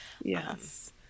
Yes